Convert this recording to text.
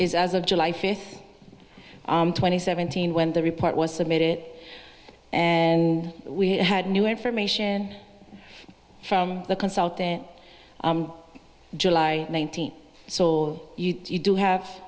is as of july fifth twenty seventeen when the report was submitted and we had new information from the consultant july nineteenth so you do have